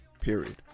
period